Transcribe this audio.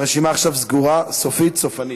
והרשימה עכשיו סגורה סופית סופנית.